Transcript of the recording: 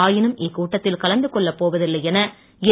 ஆயினும் இக்கூட்டத்தில் கலந்து கொள்ள போவதில்லை என என்